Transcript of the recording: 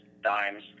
dimes